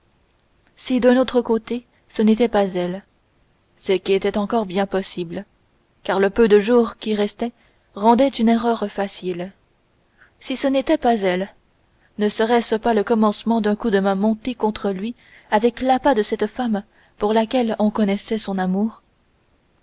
si d'un autre côté ce n'était pas elle ce qui était encore bien possible car le peu de jour qui restait rendait une erreur facile si ce n'était pas elle ne serait-ce pas le commencement d'un coup de main monté contre lui avec l'appât de cette femme pour laquelle on connaissait son amour